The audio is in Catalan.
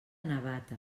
navata